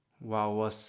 Wow